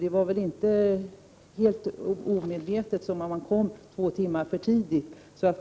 Det var kanske inte helt omedvetet som man kom två timmar för tidigt.